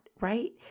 right